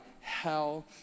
hell